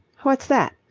what's that?